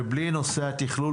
ובלי נושא התכלול,